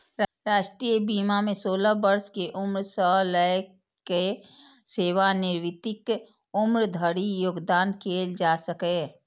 राष्ट्रीय बीमा मे सोलह वर्ष के उम्र सं लए कए सेवानिवृत्तिक उम्र धरि योगदान कैल जा सकैए